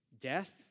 death